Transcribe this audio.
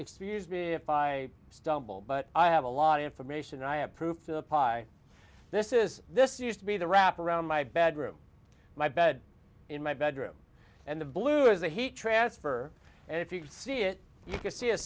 excuse me if i stumble but i have a lot of information and i am proof of the pie this is this used to be the wrap around my bedroom my bed in my bedroom and the blue is the heat transfer and if you could see it you could see a